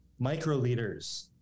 Microliters